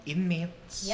Inmates